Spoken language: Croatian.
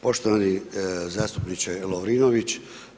Poštovani zastupniče Lovrinović.